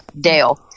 Dale